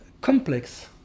complex